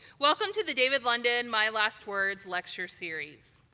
welcome to the david london, my last words lecture series.